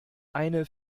eine